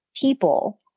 people